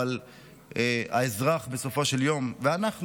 אבל האזרח בסופו של יום ואנחנו,